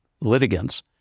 litigants